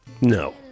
no